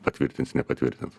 patvirtins nepatvirtins